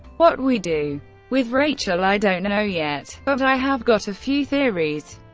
what we do with rachel, i don't know yet but i have got a few theories.